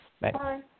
Bye